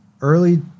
early